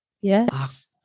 Yes